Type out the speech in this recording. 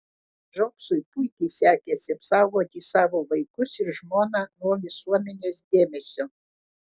džobsui puikiai sekėsi apsaugoti savo vaikus ir žmoną nuo visuomenės dėmesio